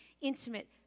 intimate